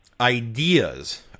ideas